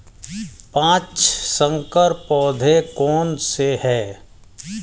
पाँच संकर पौधे कौन से हैं?